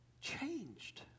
changed